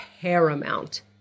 paramount